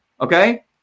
Okay